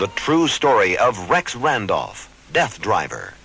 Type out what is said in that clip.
but true story of rex randolph death driver